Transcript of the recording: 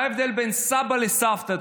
מה ההבדל בין סבא לסבתא?